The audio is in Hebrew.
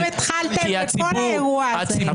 אתם התחלתם את כל האירוע הזה.